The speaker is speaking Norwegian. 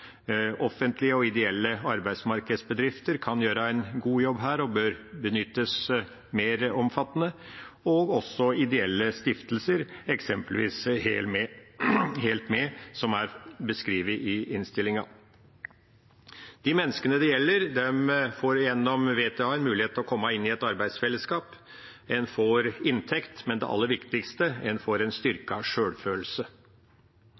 Offentlige og ideelle arbeidsmarkedsbedrifter kan gjøre en god jobb her og bør benyttes mer omfattende, og det bør også ideelle stiftelser, eksempelvis Helt Med, som er beskrevet i innstillingen. De menneskene det gjelder, får gjennom VTA en mulighet til å komme inn i et arbeidsfellesskap. En får inntekt, men det aller viktigste: En får en